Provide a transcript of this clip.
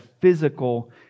physical